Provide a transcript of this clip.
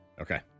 Okay